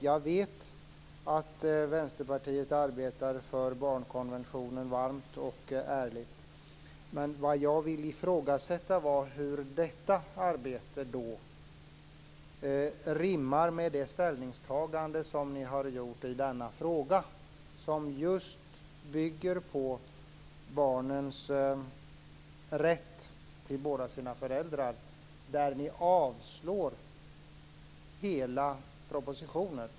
Jag vet att Vänsterpartiet arbetar för barnkonventionen varmt och ärligt. Men vad jag ville ifrågasätta är hur detta arbete rimmar med det ställningstagande som ni har gjort i denna fråga - som just handlar om barnens rätt till båda sin föräldrar. Ni avslår hela propositionen.